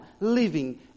living